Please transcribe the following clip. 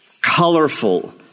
colorful